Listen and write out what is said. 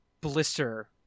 blister